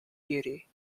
beauty